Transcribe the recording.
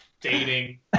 Dating